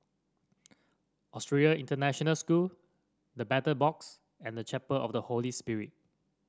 Australian International School The Battle Box and Chapel of the Holy Spirit